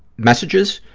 messages,